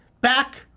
back